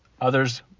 Others